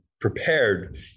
prepared